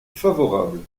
favorable